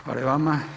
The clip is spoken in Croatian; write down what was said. Hvala i vama.